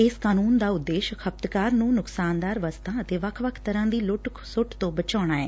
ਇਸ ਕਾਨੂੰਨ ਦਾ ਉਦੇਸ਼ ਖਪਤਕਾਰ ਨੂੰ ਨੁਕਸਾਨਦਾਰ ਵਸਤਾਂ ਅਤੇ ਵੱਖ ਵੱਖ ਤਰੁਾਂ ਦੀ ਲੁੱਟ ਖਸੁੱਟ ਤੋਂ ਬਚਾਉਣਾ ਐ